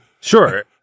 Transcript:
Sure